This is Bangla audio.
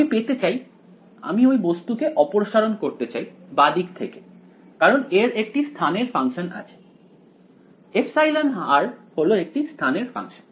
আমি পেতে চাই আমি এই বস্তুকে অপসারণ করতে চাই বাঁ দিক থেকে কারণ এর একটি স্থান এর ফাংশন আছে εr হল একটি স্থান এর ফাংশন